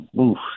oof